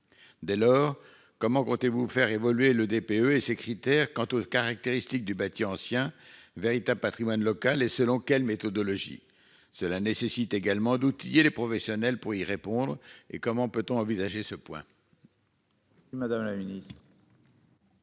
Dès lors, comment comptez-vous faire évoluer le DPE et ces critères. Quant aux caractéristiques du bâti ancien, véritable Patrimoine local et selon quelle méthodologie. Cela nécessite également d'outiller les professionnels pour y répondre et comment peut-on envisager ce point.